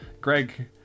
Greg